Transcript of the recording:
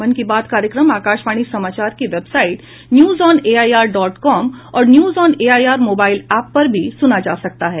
मन की बात कार्यक्रम आकाशवाणी समाचार की वेबसाइट न्यूजऑनएआईआर डॉट कॉम और न्यूजऑनएआईआर मोबाईल एप पर भी सुना जा सकता है